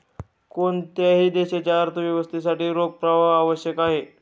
कोणत्याही देशाच्या अर्थव्यवस्थेसाठी रोख प्रवाह आवश्यक आहे